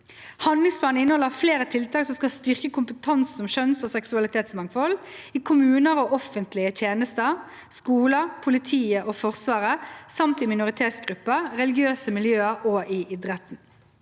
Handlingsplanen inneholder flere tiltak som skal styrke kompetansen om kjønns- og seksualitetsmangfold i kommuner og offentlige tjenester, skoler, politiet og Forsvaret samt i minoritetsgrupper, religiøse miljøer og i idretten.